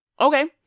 Okay